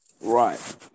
Right